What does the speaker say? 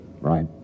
Right